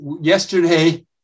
yesterday